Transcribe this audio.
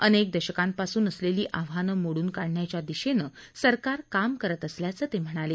अनेक दशकापासून असलेली आव्हानं मोडून काढण्याच्या दिशेनं सरकार काम करत असल्याचं ते म्हणाले